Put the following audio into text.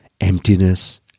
emptiness